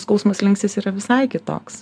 skausmo slenkstis yra visai kitoks